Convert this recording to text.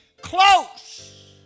close